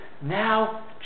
Now